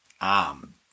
arm